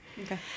Okay